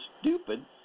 stupid